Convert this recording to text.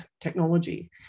technology